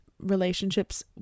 Relationships